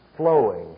Flowing